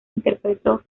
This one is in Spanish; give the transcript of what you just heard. interpretó